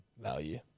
Value